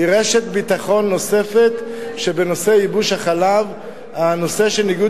היא רשת ביטחון נוספת שבנושא ייבוש החלב הנושא של ניגוד